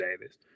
Davis